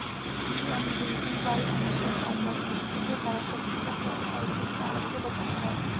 PMVVY अनिश्चित बाजार स्थितियों के कारण व्यक्ति को ब्याज आय की गिरावट से बचाता है